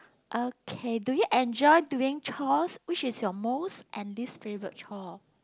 okay do you enjoy doing chores which is your most and least favourite chore